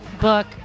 book